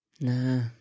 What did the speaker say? no